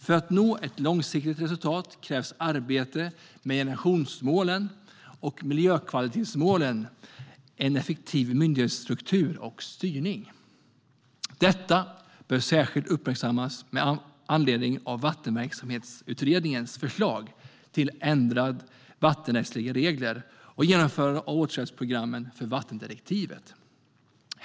För att nå ett långsiktigt resultat krävs arbete med generationsmålen och miljökvalitetsmålen, en effektiv myndighetsstruktur och styrning. Detta bör särskilt uppmärksammas med anledning av Vattenverksamhetsutredningens förslag till ändrade vattenrättsliga regler och genomförande av åtgärdsprogrammen för vattendirektivet.